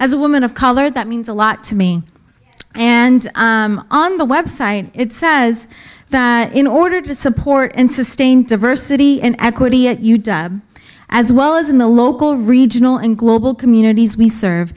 as a woman of color that means a lot to me and on the website it says that in order to support and sustain diversity in equity it you as well as in the local regional and global communities we serve